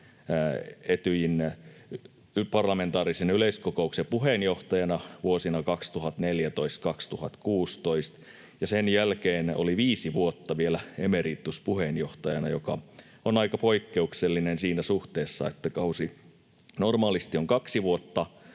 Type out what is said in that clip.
Etyjin parlamentaarisen yleiskokouksen puheenjohtajana vuosina 2014—2016 ja sen jälkeen oli viisi vuotta vielä emerituspuheenjohtajana, mikä on aika poikkeuksellista siinä suhteessa, että kausi normaalisti on kaksi vuotta.